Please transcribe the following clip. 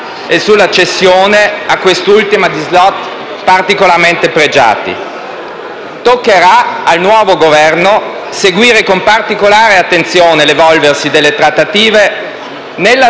e sulla cessione a quest'ultima di *slot* particolarmente pregiati. Toccherà al nuovo Governo seguire con particolare attenzione l'evolversi delle trattative, nella